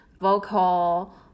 vocal